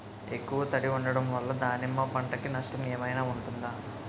ఎక్కువ తడి ఉండడం వల్ల దానిమ్మ పంట కి నష్టం ఏమైనా ఉంటుందా?